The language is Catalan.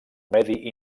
medi